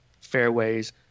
fairways